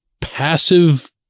passive